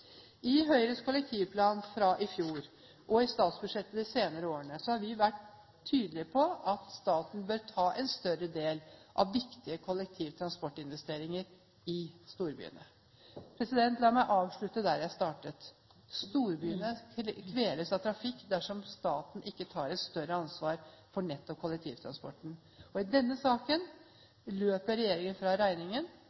I Høyres kollektivplan fra i fjor, og i forslag til statsbudsjett de senere årene, har vi vært tydelige på at staten bør ta en større del av viktige kollektivtransportinvesteringer i storbyene. La meg avslutte der jeg startet: Storbyene kveles av trafikk dersom staten ikke tar et større ansvar for kollektivtransporten. I denne saken